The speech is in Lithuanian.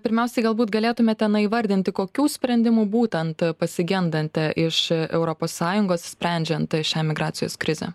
pirmiausiai galbūt galėtumėte na įvardinti kokių sprendimų būtent pasigendate iš europos sąjungos sprendžiant šią emigracijos krizę